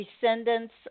descendants